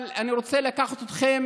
אבל אני רוצה לקחת אתכם